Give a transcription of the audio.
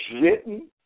written